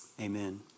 Amen